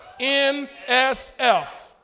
NSF